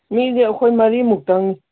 ꯃꯤꯗꯤ ꯑꯩꯈꯣꯏ ꯃꯔꯤꯃꯨꯛꯇꯪꯅꯤ